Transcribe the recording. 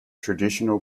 traditional